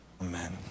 Amen